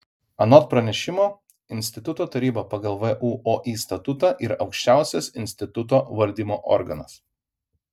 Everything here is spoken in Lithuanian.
anot pranešimo instituto taryba pagal vuoi statutą yra aukščiausias instituto valdymo organas